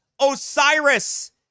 Osiris